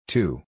Two